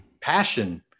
Passion